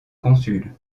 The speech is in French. consul